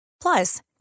Plus